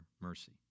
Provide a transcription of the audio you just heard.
mercy